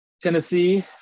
Tennessee